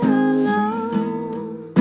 alone